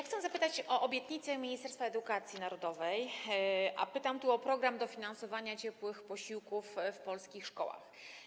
Chcę zapytać o obietnicę Ministerstwa Edukacji Narodowej dotyczącą programu dofinansowania ciepłych posiłków w polskich szkołach.